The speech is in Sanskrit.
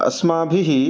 अस्माभिः